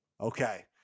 Okay